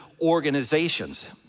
organizations